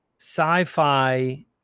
sci-fi